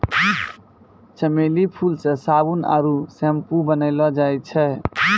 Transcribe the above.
चमेली फूल से साबुन आरु सैम्पू बनैलो जाय छै